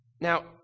Now